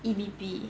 E_V_P